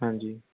ਹਾਂਜੀ